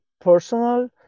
personal